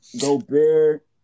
Gobert